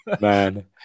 man